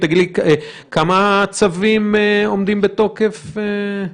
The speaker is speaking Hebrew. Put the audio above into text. כמה צווים עומדים בתוקף?